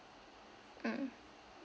um